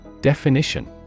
Definition